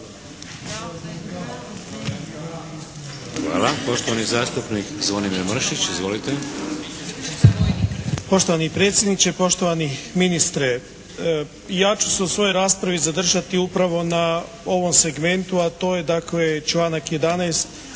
Hvala. Poštovani zastupnik Zvonimir Mršić. Izvolite. **Mršić, Zvonimir (SDP)** Poštovani predsjedniče, poštovani ministre. Ja ću se u svojoj raspravi zadržati upravo na ovom segmentu, a to je dakle članak 11.